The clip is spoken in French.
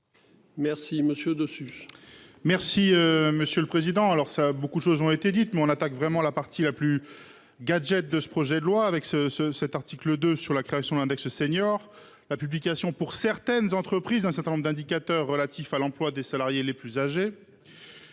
Merci monsieur dessus. Merci Monsieur le Président. Alors ça, beaucoup de choses ont été dites, mais on attaque vraiment la partie la plus gadget de ce projet de loi avec ce, ce, cet article 2 sur la création d'un index seniors la publication pour certaines entreprises un certain nombre d'indicateurs relatifs à l'emploi des salariés les plus âgés.